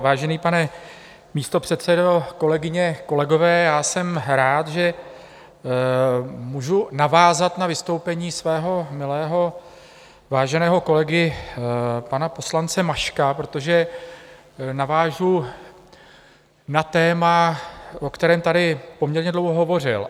Vážený pane místopředsedo, kolegyně, kolegové, já jsem rád, že můžu navázat na vystoupení svého milého a váženého kolegy pana poslance Maška, protože navážu na téma, o kterém tady poměrně dlouho hovořil.